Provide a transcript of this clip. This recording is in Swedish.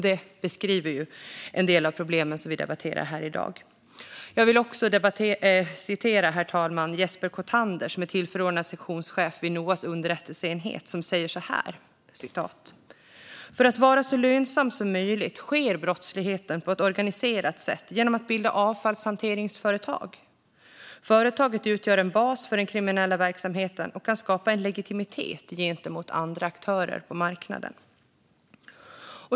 Det beskriver en del av problemet vi debatterar i dag. Herr talman! Låt mig citera Jesper Kotander, tillförordnad sektionschef vid Noas underrättelseenhet: "För att vara så lönsam som möjligt sker brottsligheten på ett organiserat sätt genom att bilda avfallshanteringsföretag. Företaget utgör en bas för den kriminella verksamheten och kan skapa en legitimitet gentemot andra aktörer på marknaden."